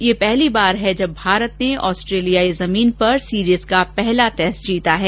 यह पहली बार है जब भारत ने ऑस्ट्रेलियाई जमीन पर सीरीज का पहला टेस्ट जीता है